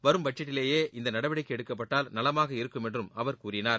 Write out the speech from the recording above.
வரும் பட்ஜெட்டிலேபே இந்த நடவடிக்கை எடுக்கப்பட்டால் நலமாக இருக்கும் என்றும் அவர் கூறினார்